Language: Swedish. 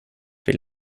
vill